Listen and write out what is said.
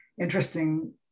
interesting